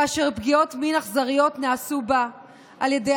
כאשר פגיעות מין אכזריות נעשו בה על ידי